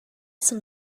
some